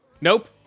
Nope